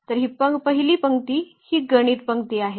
तर ही पहिली पंक्ती ही गणित पंक्ती आहे